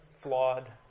flawed